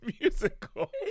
musical